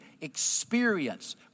experience